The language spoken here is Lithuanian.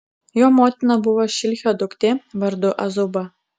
jo motina buvo šilhio duktė vardu azuba